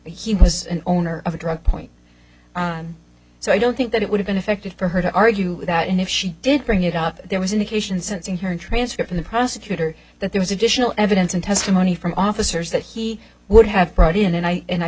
he was an owner of a drug point so i don't think that it would have been effective for her to argue with that and if she did bring it up there was indications sense in her transcript in the prosecutor that there was additional evidence and testimony from officers that he would have brought in and i and i